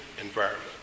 environment